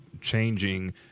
changing